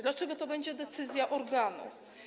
Dlaczego to będzie decyzja organu?